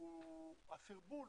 הוא הסרבול